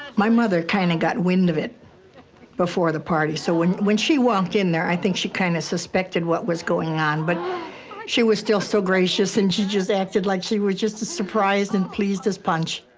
my mother kind of got wind of it before the party. so when when she walked in there, i think she kind of suspected what was going on. but she was still so gracious. and she just acted like she was just as surprised and pleased as punch.